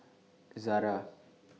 Zara